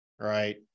right